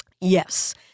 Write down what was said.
yes